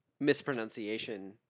mispronunciation